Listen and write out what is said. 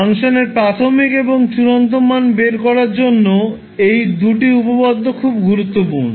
ফাংশনের প্রাথমিক এবং চূড়ান্ত মান বের করার জন্য এই দুটি উপপাদ্য খুব গুরুত্বপূর্ণ